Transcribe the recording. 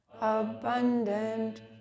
abundant